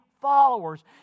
followers